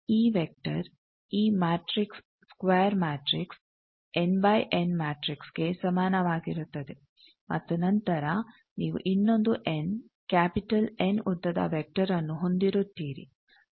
ಈ ವೆಕ್ಟರ್ ಈ matrix square matrix N by N ಮ್ಯಾಟ್ರಿಕ್ಸ್ಗೆ ಸಮಾನವಾಗಿರುತ್ತದೆ ಮತ್ತು ನಂತರ ನೀವು ಇನ್ನೊಂದು ಎನ್ ಕ್ಯಾಪಿಟಲ್ ಎನ್ ಉದ್ದದ ವೆಕ್ಟರ್ನ್ನು ಹೊಂದಿರುತ್ತಿರಿ